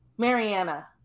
Mariana